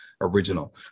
original